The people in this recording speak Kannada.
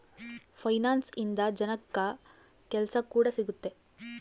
ಫೈನಾನ್ಸ್ ಇಂದ ಜನಕ್ಕಾ ಕೆಲ್ಸ ಕೂಡ ಸಿಗುತ್ತೆ